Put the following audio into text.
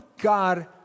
God